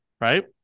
right